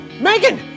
Megan